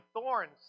thorns